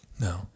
No